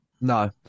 No